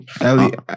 Ellie